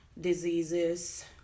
diseases